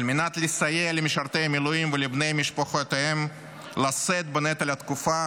על מנת לסייע למשרתי המילואים ולבני משפחותיהם לשאת בנטל התקופה,